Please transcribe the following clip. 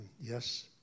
yes